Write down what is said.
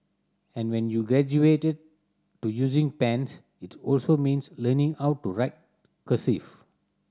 and when you graduated to using pens it also means learning how to write cursive